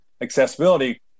accessibility